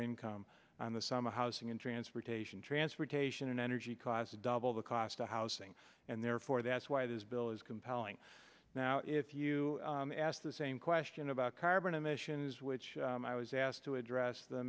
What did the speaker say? income on the summer housing and transportation transportation and energy costs double the cost of housing and therefore that's why this bill is compelling now if you asked the same question about carbon emissions which i was asked to address the